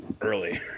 early